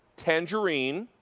tangerine.